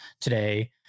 today